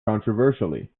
controversially